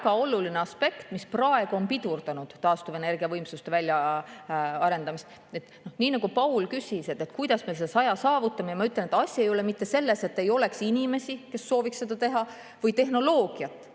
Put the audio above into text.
väga oluline aspekt, mis praegu on pidurdanud taastuvenergiavõimsuste väljaarendamist. Ka Paul küsis, et kuidas me selle 100 saavutame. Ma ütlen, et asi ei ole mitte selles, nagu ei oleks inimesi, kes sooviks seda teha, või tehnoloogiat